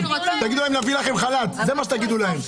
אתם תגידו: נביא לכם חל"ת, זה מה שתגידו להם.